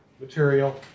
material